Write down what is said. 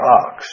ox